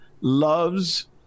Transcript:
loves